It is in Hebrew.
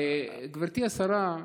גברתי השרה,